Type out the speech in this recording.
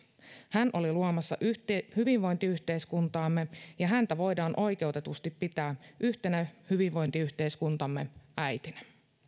hän oli luomassa hyvinvointiyhteiskuntaamme ja häntä voidaan oikeutetusti pitää yhtenä hyvinvointiyhteiskuntamme äitinä